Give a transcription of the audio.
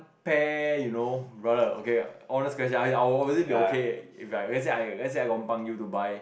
pair you know brother okay honest question I I will obviously be okay if like let's say I let's say I lompang you to buy